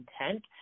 intent